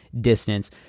distance